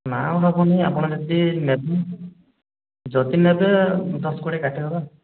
ନାଁ ମ୍ୟାଡ଼ମ ଆପଣ ଯଦି ନେବେ ଯଦି ନେବେ ଦଶ କୋଡ଼ିଏ କାଟି ଦେବା